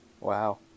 wow